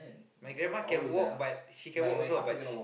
my grandma can walk but she can walk also ah but she